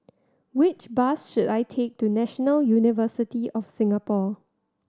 which bus should I take to National University of Singapore